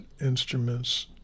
instruments